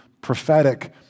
prophetic